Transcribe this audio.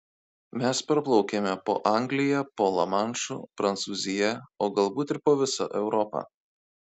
mes praplaukėme po anglija po lamanšu prancūzija o galbūt ir po visa europa